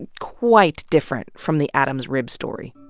and quite different from the adam's rib story.